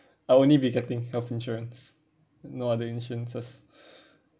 I only be getting health insurance no other insurances